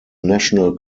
national